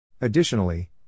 Additionally